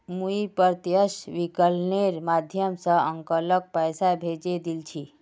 मुई प्रत्यक्ष विकलनेर माध्यम स अंकलक पैसा भेजे दिल छि